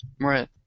Right